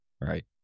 right